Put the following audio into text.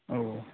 औ औ